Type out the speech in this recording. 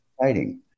exciting